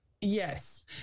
Yes